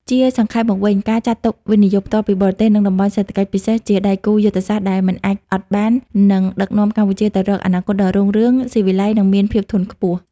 ជាសង្ខេបមកវិញ ការចាត់ទុក វិនិយោគផ្ទាល់ពីបរទេស និង តំបន់សេដ្ឋកិច្ចពិសេស ជាដៃគូយុទ្ធសាស្ត្រដែលមិនអាចអត់បាន នឹងដឹកនាំកម្ពុជាទៅរកអនាគតដ៏រុងរឿង ស៊ីវិល័យ និងមានភាពធន់ខ្ពស់។